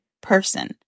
person